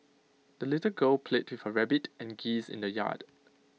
the little girl played with her rabbit and geese in the yard